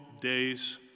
days